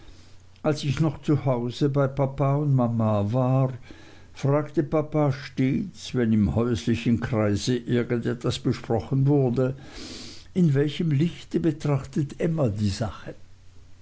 als ich noch zu hause bei papa und mama war fragte papa stets wenn im häuslichen kreise irgend etwas besprochen wurde in welchem lichte betrachtet emma die sache